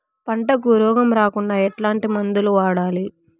పంటకు రోగం రాకుండా ఎట్లాంటి మందులు వాడాలి?